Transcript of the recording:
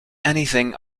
anything